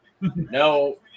No